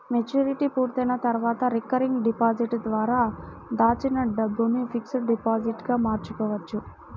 maturity పూర్తయిన తర్వాత recurring deposit ద్వారా దాచిన డబ్బును ఫిక్స్డ్ డిపాజిట్ గా మార్చుకోవచ్చు